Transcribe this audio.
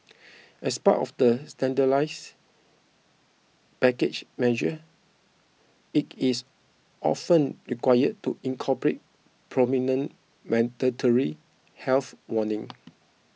as part of the standardised package measure it is often required to incorporate prominent mandatory health warning